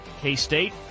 K-State